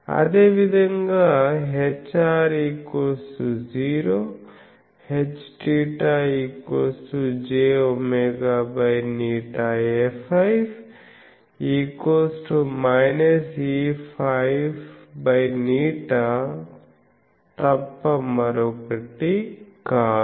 అదేవిధంగా Hr ≃0 Hθ≃jwղAφ Eφղ తప్ప మరొకటి కాదు